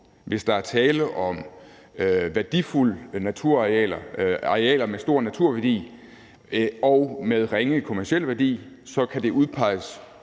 hvis der er tale om værdifulde naturarealer, arealer med stor naturværdi og med ringe kommerciel værdi. Så kunne det